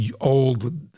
old